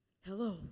Hello